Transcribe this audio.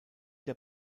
der